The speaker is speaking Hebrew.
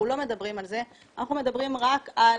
אנחנו לא מדברים על זה, אנחנו מדברים רק על